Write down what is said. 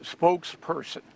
spokesperson